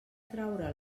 traure